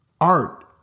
art